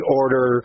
order